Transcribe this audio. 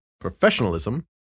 Professionalism